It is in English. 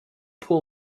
pool